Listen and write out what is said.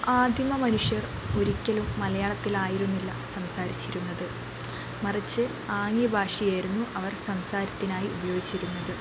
ആദിമ മനുഷ്യർ ഒരിക്കലും മലയാളത്തിൽ ആയിരുന്നില്ല സംസാരിച്ചിരുന്നത് മറിച്ച് ആംഗ്യ ഭാഷയായിരുന്നു അവർ സംസാരത്തിനായി ഉപയോഗിച്ചിരുന്നത്